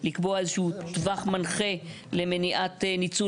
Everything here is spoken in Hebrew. לקבוע איזשהו טווח מנחה למניעת ניצול